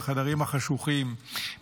בחדרים החשוכים,